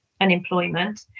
unemployment